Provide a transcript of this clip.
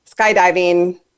skydiving